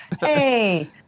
hey